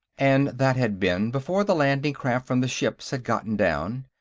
and that had been before the landing-craft from the ships had gotten down,